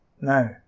No